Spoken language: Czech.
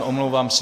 Omlouvám se.